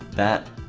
that